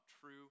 true